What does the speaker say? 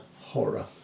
horror